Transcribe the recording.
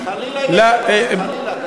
חלילה יהיה שלום.